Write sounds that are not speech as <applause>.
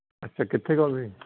ਅੱਛਾ ਕਿੱਥੇ <unintelligible> ਜੀ